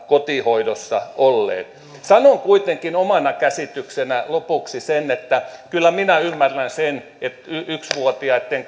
kotihoidossa olleet sanon kuitenkin omana käsityksenäni lopuksi sen että kyllä minä ymmärrän sen että yksivuotiaitten